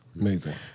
Amazing